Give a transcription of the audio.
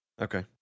Okay